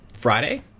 Friday